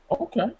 Okay